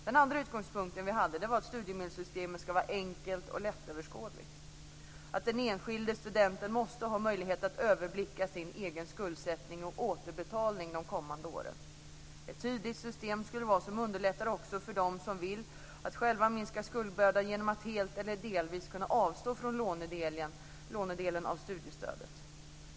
Den andra utgångspunkten vi hade var att studiemedelssystemet ska vara enkelt och lättöverskådligt. Den enskilde studenten måste ha möjlighet att överblicka sin egen skuldsättning och återbetalning de kommande åren. Det ska vara ett tydligt system som underlättar för dem som själva vill minska skuldbördan genom att helt eller delvis avstå från lånedelen i studiestödet.